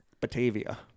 Batavia